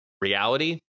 reality